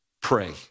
Pray